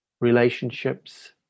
Relationships